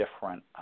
different